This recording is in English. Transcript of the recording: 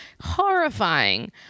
horrifying